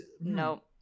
No